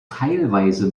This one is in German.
teilweise